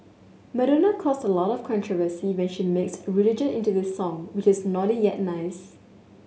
Madonna caused a lot of controversy when she mixed religion into this song which is naughty yet nice